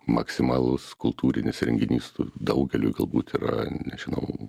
maksimalus kultūrinis renginys daugeliui galbūt yra nežinau